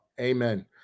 Amen